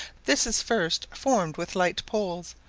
this is first formed with light poles,